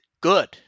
good